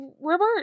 robert